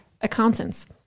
accountants